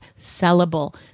sellable